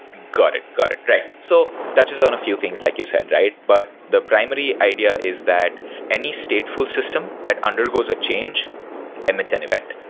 got it. got it. right. so touches on a few things, like you said, right? but the primary idea is that any stateful that undergoes a change emits an event.